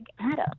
Adam